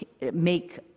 make